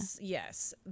Yes